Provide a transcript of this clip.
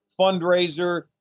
fundraiser